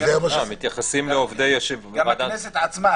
גם הכנסת עצמה,